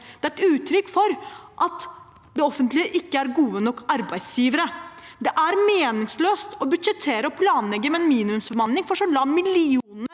Det er et uttrykk for at det offentlige ikke er en god nok arbeidsgiver. Det er meningsløst å budsjettere og planlegge med en minimumsbemanning – for så å la millionene